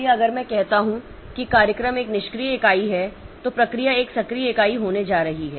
इसलिए अगर मैं कहता हूं कि कार्यक्रम एक निष्क्रिय इकाई है तो प्रक्रिया एक सक्रिय इकाई होने जा रही है